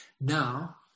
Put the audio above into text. Now